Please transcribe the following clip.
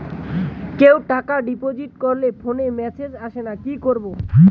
কেউ টাকা ডিপোজিট করলে ফোনে মেসেজ আসেনা কি করবো?